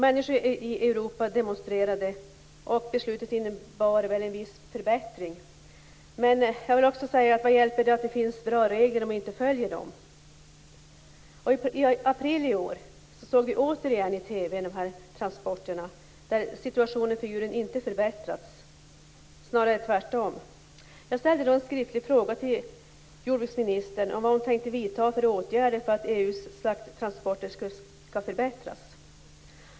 Människor i Europa demonstrerade. Beslutet innebar en viss förbättring. Men vad hjälper det att det finns bra regler om de inte följs? I april i år såg vi återigen i TV ett program om de här transporterna. Situationen för djuren har inte förbättrats, snarare tvärtom. Jag ställde då en skriftlig fråga till jordbruksministern om vad hon tänkte vidta för åtgärder för att EU:s transporter skall förbättras.